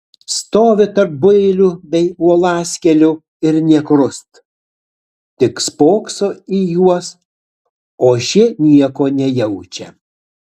stovi tarp builių bei uolaskėlių ir nė krust tik spokso į juos o šie nieko nejaučia